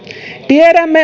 tiedämme